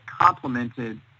complemented